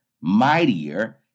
mightier